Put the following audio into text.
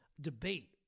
debate